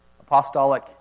apostolic